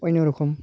अय्न' रोखोम